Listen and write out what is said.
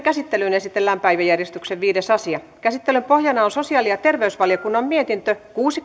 käsittelyyn esitellään päiväjärjestyksen viides asia käsittelyn pohjana on sosiaali ja terveysvaliokunnan mietintö kuusi